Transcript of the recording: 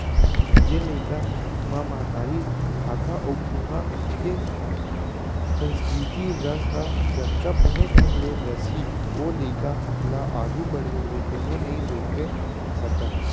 जेन लइका म महतारी भाखा अउ उहॉं के संस्कृति रस ह जतका बने ढंग ले रसही ओ लइका ल आघू बाढ़े ले कोनो नइ रोके सकयँ